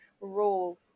role